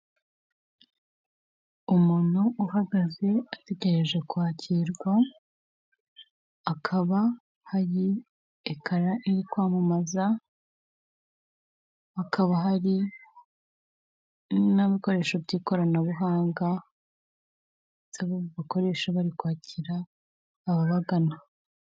Umuntu uhagaze ategereje kwakirwa hakaba hari ekara iri kwamamaza, hakaba hari n'ibikoresho by'ikoranabuhanga bakoresha bari kwakira ababagana.